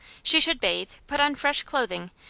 she should bathe, put on fresh clothing,